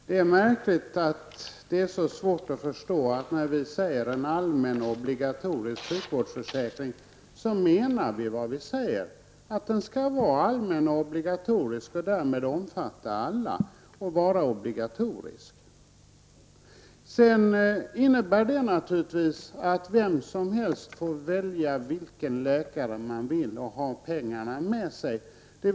Herr talman! Det är märkligt att det är så svårt att förstå att vi när vi talar om en allmän och obligatorisk sjukvårdsförsäkring menar vad vi säger. Den skall vara allmän och obligatorisk och skall därmed omfatta alla. Det innebär naturligtvis ändå att vem som helst skall få välja vilken läkare man vill ha och att vårdpengen då skall följa med.